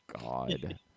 God